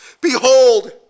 Behold